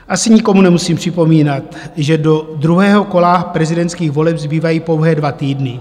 Asi nikomu nemusím připomínat, že do druhého kola prezidentských voleb zbývají pouhé dva týdny.